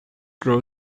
grow